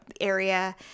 area